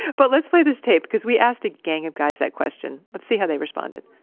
but let's play this tape because we asked a gang of guys that question. let's see how they responded